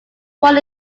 born